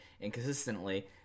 inconsistently